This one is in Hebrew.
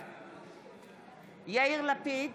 בעד יאיר לפיד,